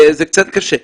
זה קצת קשה.